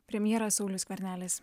premjeras saulius skvernelis